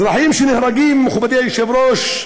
אזרחים נהרגים, מכובדי היושב-ראש,